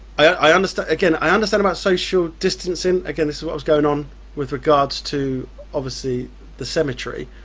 i understand, again, i understand about social distancing, again this is what was going on with regards to obviously the cemetery,